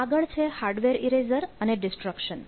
આગળ છે hardware eraser અને ડિસ્ટ્રક્શન